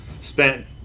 spent